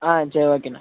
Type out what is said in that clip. ஆ சரி ஓகேணா